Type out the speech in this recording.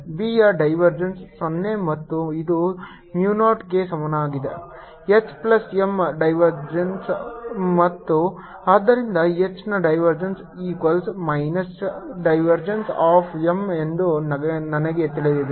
B ಯ divergence 0 ಮತ್ತು ಇದು Mu 0 ಗೆ ಸಮನಾಗಿದೆ H ಪ್ಲಸ್ M ನ ಡೈವರ್ಜೆನ್ಸ್ ಮತ್ತು ಆದ್ದರಿಂದ H ನ divergence equals minus divergence of M ಎಂದು ನನಗೆ ತಿಳಿದಿದೆ